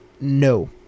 No